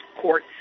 court